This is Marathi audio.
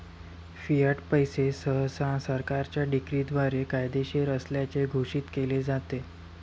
फियाट पैसे सहसा सरकारच्या डिक्रीद्वारे कायदेशीर असल्याचे घोषित केले जाते